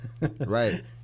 Right